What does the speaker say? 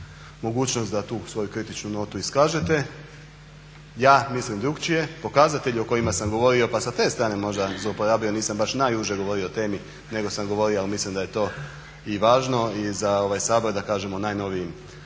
da tu svoju kritičnu notu iskažete, ja mislim drukčije. Pokazatelji o kojima sam govorio, pa sa te strane možda zlouporabio jer nisam baš najuže govorio o temi nego sam govorio ali mislim da je to i važno i za ovaj Sabor da kažemo o najnovijim